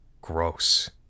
Gross